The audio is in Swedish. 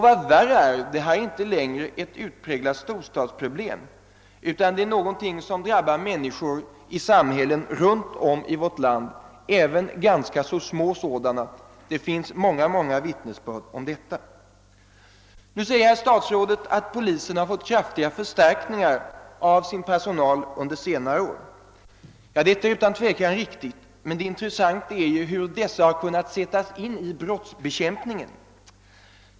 Vad värre är är att detta inte längre är ett utpräglat storstadsproblem utan någonting som drabbar människor i samhällen runt om 1 landet, även i ganska små sådana. Det finns många vittnesbörd om detta. Nu säger herr statsrådet att polisen har fått kraftiga förstärkningar av sin personal under senare år. Det är utan tvivel riktigt, men det intressanta är hur dessa förstärkningar har kunnat sättas in i brottsbekämpningen.